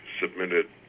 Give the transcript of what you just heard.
submitted